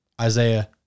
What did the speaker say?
Isaiah